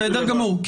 בסדר גמור,